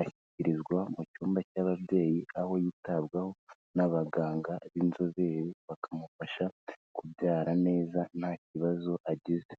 ashyikirizwa mu cyumba cy'ababyeyi, aho yitabwaho n'abaganga b'inzobere bakamufasha kubyara neza nta kibazo agize.